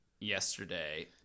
Yesterday